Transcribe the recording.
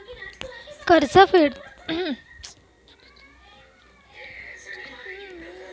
कर्ज फेडताना डेबिट कार्डचा वापर होतो का?